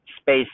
space